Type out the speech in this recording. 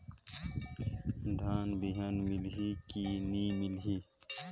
धान बिहान मिलही की नी मिलही?